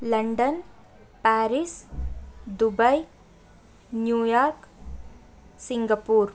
London Paris Dubai New York Singapore